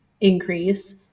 increase